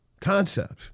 concepts